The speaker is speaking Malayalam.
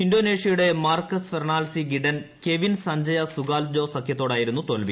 ഇന്തോനേഷ്യയുടെ Marcus Fernaldi Gideon Kevin Sanjaya Sukamuljo സഖ്യത്തോടായിരുന്നു തോൽവി